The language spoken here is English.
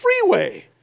freeway